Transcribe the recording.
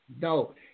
No